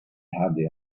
hardly